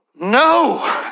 No